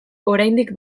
oraindik